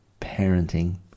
parenting